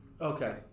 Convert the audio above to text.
okay